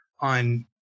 on